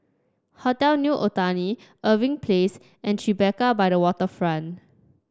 Hotel New Otani Irving Place and Tribeca by the Waterfront